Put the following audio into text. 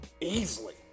easily